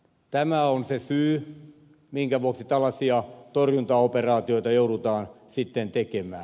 tämä on se syy minkä vuoksi tällaisia torjuntaoperaatioita joudutaan tekemään